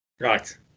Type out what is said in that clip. Right